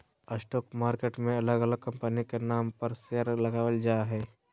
stock market मे अलग अलग कंपनी के नाम पर शेयर लगावल जा हय